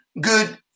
good